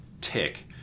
tick